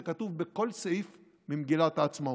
זה כתוב בכל סעיף במגילת העצמאות.